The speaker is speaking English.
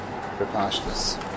Preposterous